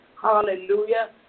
Hallelujah